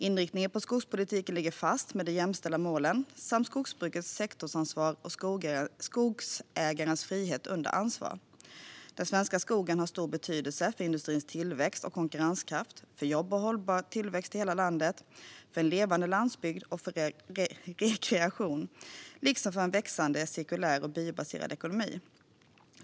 Inriktningen på skogspolitiken ligger fast med de jämställda målen samt skogsbrukets sektorsansvar och skogsägarnas frihet under ansvar. Den svenska skogen har stor betydelse för industrins tillväxt och konkurrenskraft, för jobb och hållbar tillväxt i hela landet, för en levande landsbygd och för rekreation liksom för en växande cirkulär och biobaserad ekonomi.